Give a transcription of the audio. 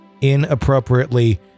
inappropriately